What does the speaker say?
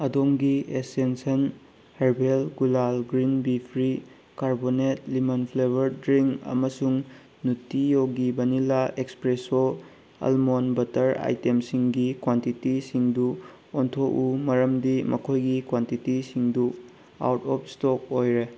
ꯑꯗꯣꯝꯒꯤ essence herbal ꯀꯨꯂꯥꯜ green ꯕꯤꯐ꯭ꯔꯤ ꯀꯥꯔꯕꯣꯅꯦꯠ ꯂꯤꯃꯟ ꯐ꯭ꯂꯦꯕꯔ ꯗ꯭ꯔꯤꯡ ꯑꯃꯁꯨꯡ Nutty Yogi vanilla espresso almond butter ꯑꯥꯏꯇꯦꯝꯁꯤꯡꯒꯤ ꯀ꯭ꯋꯥꯟꯇꯤꯇꯤꯁꯤꯡꯗꯨ ꯑꯣꯟꯊꯣꯛꯎ ꯃꯔꯝꯗꯤ ꯃꯈꯣꯏꯒꯤ ꯀ꯭ꯋꯥꯟꯇꯤꯇꯤꯁꯤꯡꯗꯨ ꯑꯥꯎꯠ ꯑꯣꯐ ꯏꯁꯇꯣꯛ ꯑꯣꯏꯔꯦ